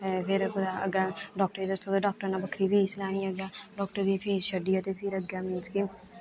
फिर कुतै अग्गें डाक्टर गी दस्सो ते डाक्टर ने बक्खरी फीस लैनी अग्गें डाक्टर दी फीस छड्डियै ते फिर अग्गें मींस के